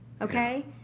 okay